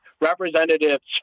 representatives